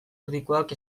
erdikoak